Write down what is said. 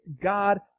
God